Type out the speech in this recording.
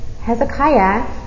Hezekiah